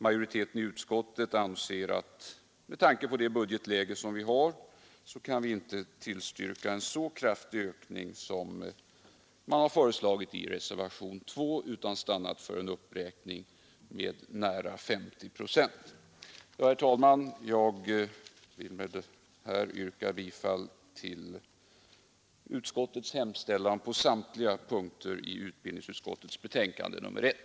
Majoriteten i utskottet anser sig med tanke på det budgetläge som vi har inte kunna tillstyrka en så kraftig ökning som man har föreslagit i reservationen 2. Vi har stannat för en uppräkning med nära 50 procent. Herr talman! Jag ber att få yrka bifall till utskottets hemställan på samtliga punkter i utbildningsutskottets betänkande nr 1.